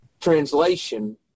translation